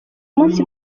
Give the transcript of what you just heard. munsi